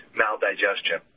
maldigestion